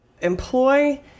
employ